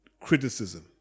Criticism